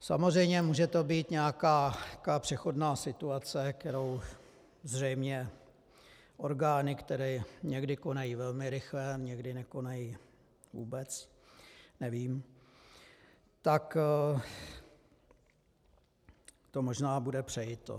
Samozřejmě může to být nějaká přechodná situace, kterou zřejmě orgány, které někdy konají velmi rychle, někdy nekonají vůbec, nevím, tak to možná bude přejito.